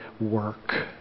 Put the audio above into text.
work